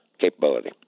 capability